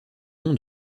nom